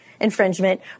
Infringement